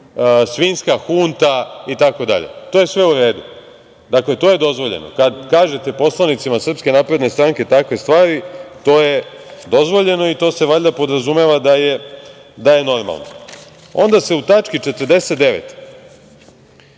svinjska hunta i tako dalje. To je sve u redu. Dakle, to je dozvoljeno. Kada kažete poslanicima SNS takve stvari to je dozvoljeno i to se, valjda podrazumeva da je normalno. Onda se u tački 49.